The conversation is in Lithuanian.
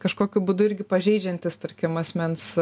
kažkokiu būdu irgi pažeidžiantys tarkim asmens